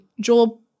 Joel